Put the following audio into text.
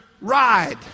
ride